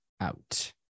out